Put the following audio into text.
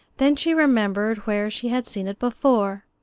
then she remembered where she had seen it before.